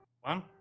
one